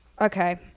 Okay